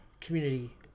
Community